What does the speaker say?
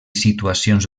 situacions